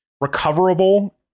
recoverable